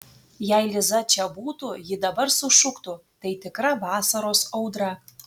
jei liza čia būtų ji dabar sušuktų tai tikra vasaros audra